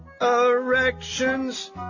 erections